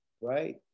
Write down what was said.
right